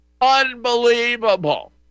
Unbelievable